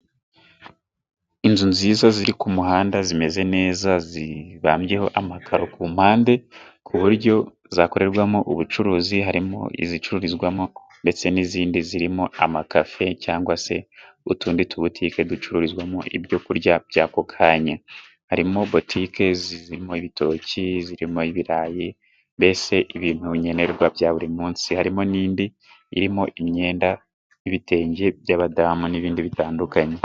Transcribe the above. Inzu nziza ziri ku muhanda, zimeze neza, zibambyeho amakaro ku mpande, ku buryo zakorerwamo ubucuruzi, harimo izicururizwamo, ndetse n'izindi zirimo ama cafe, cyangwa se utundi tubutike, ducururizwamo ibyo kurya by'ako kanya, harimo butikezirimo bitoki, zirimo ibirayi, mbese ibintu nkenerwa bya buri munsi, harimo n'indi irimo imyenda, n'ibitenge by'abadamu, n'ibindi bitandukanye.